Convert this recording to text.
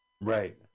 right